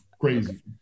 crazy